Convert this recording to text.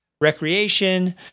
recreation